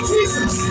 Jesus